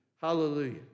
hallelujah